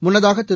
முன்னதாக திரு